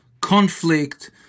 conflict